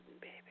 baby